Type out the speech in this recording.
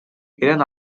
eren